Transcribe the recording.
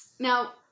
Now